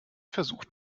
versucht